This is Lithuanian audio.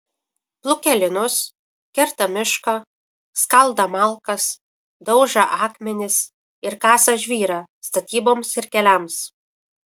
plūkią linus kertą mišką skaldą malkas daužą akmenis ir kasą žvyrą statyboms ir keliams